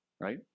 right